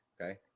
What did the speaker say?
okay